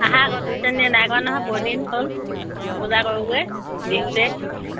আহা আকৌ দুজনীয়ে নাই কৰা নহয় বহুদিন হ'ল বজাৰ কৰোঁগৈ বিহুতে